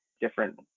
different